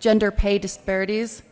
gender pay disparities